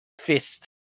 fist